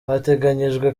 hateganyijwe